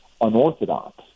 unorthodox